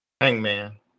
Hangman